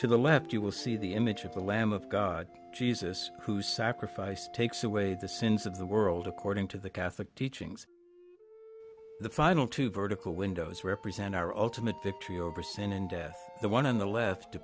the left you will see the image of the lamb of god jesus who sacrificed takes away the sins of the world according to the catholic teachings the final two vertical windows represent our ultimate victory over sin and death the one on the l